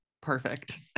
perfect